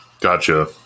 Gotcha